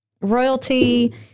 royalty